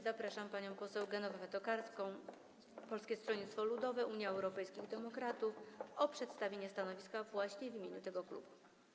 Zapraszam panią poseł Genowefę Tokarską, Polskie Stronnictwo Ludowe - Unia Europejskich Demokratów, i proszę o przedstawienie stanowiska w imieniu tego klubu.